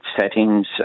settings